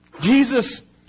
Jesus